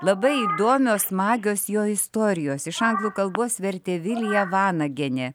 labai įdomios smagios jo istorijos iš anglų kalbos vertė vilija vanagienė